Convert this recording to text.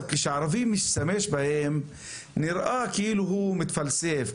כשערבי משתמש בהן נראה כאילו הוא מתפלסף,